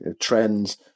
trends